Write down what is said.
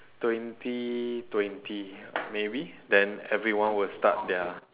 twenty twenty maybe then everyone will start their